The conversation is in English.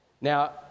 Now